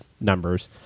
numbers